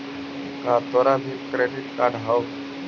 का तोरा भीर क्रेडिट कार्ड हउ?